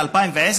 ב-2010,